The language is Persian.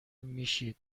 میشید